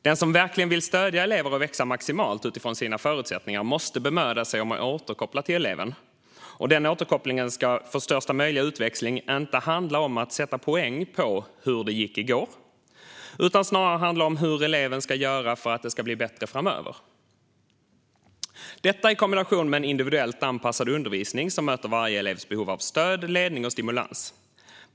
Den som verkligen vill stödja elever och få dem att växa maximalt utifrån sina förutsättningar måste bemöda sig om att återkoppla till eleven. Denna återkoppling ska, för att ge största möjliga utväxling, inte handla om att sätta poäng på hur det gick i går. Den ska snarare handla om hur eleven ska göra för att det ska bli bättre framöver - detta i kombination med en individuellt anpassad undervisning som möter varje elevs behov av stöd, ledning och stimulans.